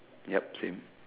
yep same